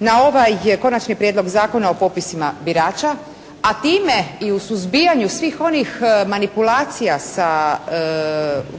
na ovaj Konačni prijedlog o popisima birača a time i o suzbijanju svih onih manipulacija sa